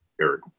Eric